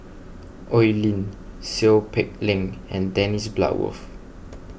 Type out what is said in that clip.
Oi Lin Seow Peck Leng and Dennis Bloodworth